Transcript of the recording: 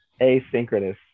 Asynchronous